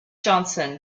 johnson